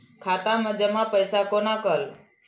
खाता मैं जमा पैसा कोना कल